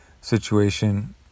situation